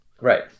right